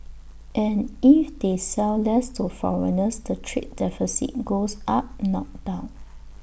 and if they sell less to foreigners the trade deficit goes up not down